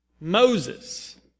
Moses